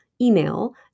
email